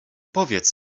powiedz